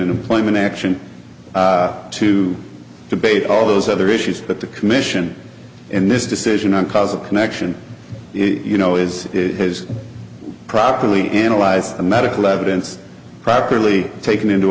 an employment action to debate all those other issues but the commission in this decision on causal connection you know is it has properly analyze the medical evidence properly taken into